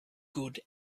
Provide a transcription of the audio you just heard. good